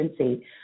agency